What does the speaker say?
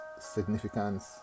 significance